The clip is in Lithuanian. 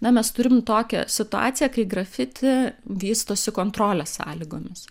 na mes turim tokią situaciją kai grafiti vystosi kontrolės sąlygomis